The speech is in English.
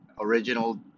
original